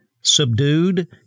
subdued